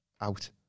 out